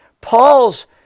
Paul's